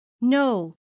No